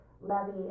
levy